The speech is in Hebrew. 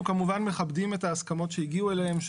אנחנו כמובן מכבדים את ההסכמות שהגיעו אליהם.